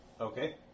Okay